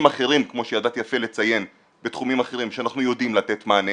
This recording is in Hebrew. אחרים כמו שידעת יפה לציין בתחומים אחרים שאנחנו יודעים לתת מענה